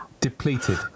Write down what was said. depleted